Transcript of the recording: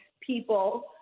people